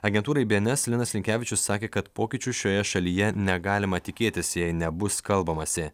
agentūrai bns linas linkevičius sakė kad pokyčių šioje šalyje negalima tikėtis jei nebus kalbamasi